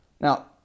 Now